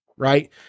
Right